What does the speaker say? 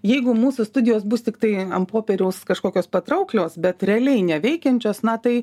jeigu mūsų studijos bus tiktai ant popieriaus kažkokios patrauklios bet realiai neveikiančios na tai